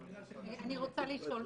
אני רוצה לשאול שאלה.